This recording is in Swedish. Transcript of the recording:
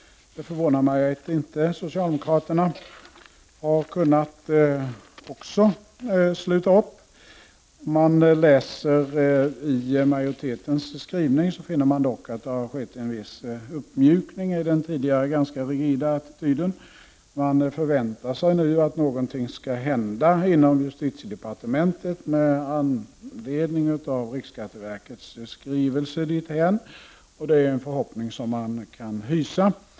Det förvånar mig att inte socialdemokraterna också har kunnat sluta upp. När man läser i majoritetens skrivning finner man dock att det skett en viss uppmjukning i den tidigare ganska rigida attityden. Man förväntar sig nu att någonting skall hända på justitiedepartementet med anledning av riksskatteverkets skrivelse, och det är en förhoppning vi kan hysa.